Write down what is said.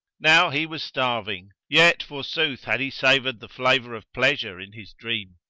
now he was starving, yet forsooth had he savoured the flavour of pleasure in his dream.